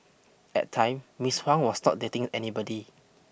at time Miss Huang was not dating anybody